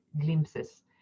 glimpses